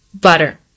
butter